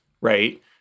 Right